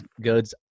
goods